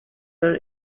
are